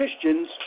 Christians